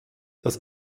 das